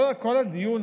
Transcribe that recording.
בעצם כל הדיון